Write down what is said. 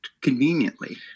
conveniently